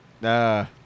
nah